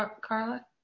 Carla